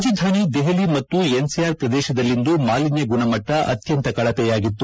ರಾಜಧಾನಿ ದೆಹಲಿ ಮತ್ತು ಎನ್ಸಿಆರ್ ಪ್ರದೇಶದಲ್ಲಿಂದು ಮಾಲಿನ್ಲ ಗುಣಮಟ್ಟ ಅತ್ಯಂತ ಕಳಪೆಯಾಗಿತ್ತು